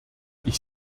ich